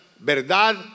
verdad